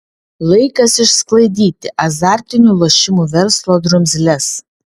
laikas išsklaidyti azartinių lošimų verslo drumzles